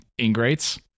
ingrates